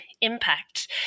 impact